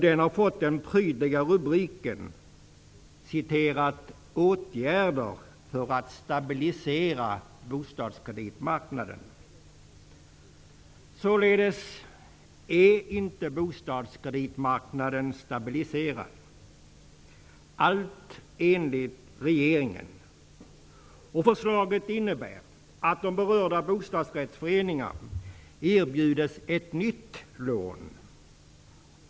Den har fått den prydliga rubriken Bostadskreditmarknaden är således inte stabiliserad, allt enligt regeringen. Förslaget innebär att de berörda bostadsrättsföreningarna erbjuds ett nytt lån.